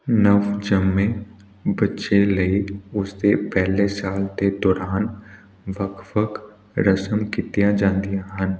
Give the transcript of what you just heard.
ਨਵ ਜੰਮੇ ਬੱਚੇ ਲਈ ਉਸਦੇ ਪਹਿਲੇ ਸਾਲ ਦੇ ਦੌਰਾਨ ਵੱਖ ਵੱਖ ਰਸਮ ਕੀਤੀਆਂ ਜਾਂਦੀਆਂ ਹਨ